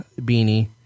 beanie